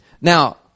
Now